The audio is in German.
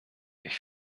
ich